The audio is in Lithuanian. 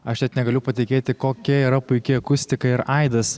aš net negaliu patikėti kokia yra puiki akustika ir aidas